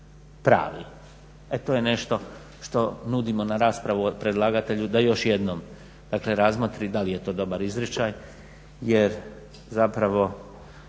E to je nešto što nudimo na raspravu predlagatelju da još jednom, dakle razmotri da li je to dobar izričaj jer zapravo